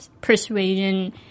persuasion